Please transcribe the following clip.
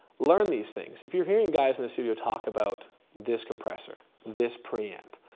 learn these things. if you're hearing guys in the studio talk about this compressor, this pre amp.